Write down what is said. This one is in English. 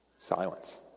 Silence